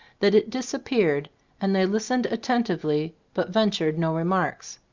that it dis appeared and they listened attentively but ventured no remarks.